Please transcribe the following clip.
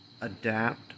adapt